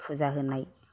फुजा होनाय